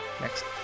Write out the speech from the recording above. next